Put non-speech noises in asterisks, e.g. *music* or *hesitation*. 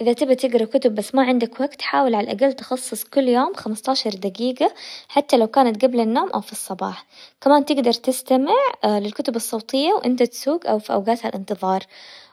اذا تبي تقرا كتب بس ما عندك وقت حاول على الاقل تخصص كل يوم خمسةعشر دقيقة حتى لو كانت قبل النوم او في الصباح، كمان تقدر تستمع *hesitation* للكتب الصوتية وانت تسوق او في اوقات الانتظار،